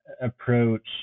approach